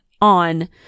on